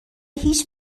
هیچ